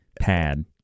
Pad